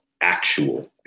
actual